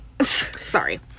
Sorry